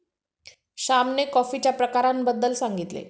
श्यामने कॉफीच्या प्रकारांबद्दल सांगितले